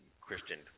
Christian